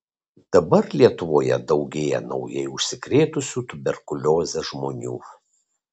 dabar lietuvoje daugėja naujai užsikrėtusių tuberkulioze žmonių